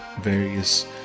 various